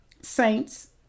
saints